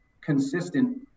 consistent